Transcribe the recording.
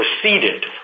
proceeded